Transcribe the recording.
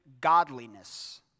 godliness